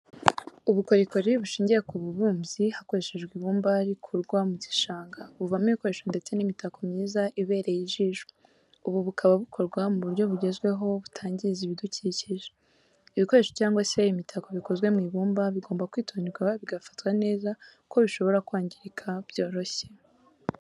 Ubukorikori bushingiye ku bubumbyi hakoreshejwe ibumba rikurwa mu gishanga, buvamo ibikoresho ndetse n'imitako myiza ibereye ijisho, ubu bukaba bukorwa mu buryo bugezweho butangiza ibidukikije. Ibikoresha cyangwa se imitako bikozwe mu ibumba bigomba kwitonderwa bigafatwa neza kuko bishobora kwangirika byoroshye.